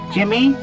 Jimmy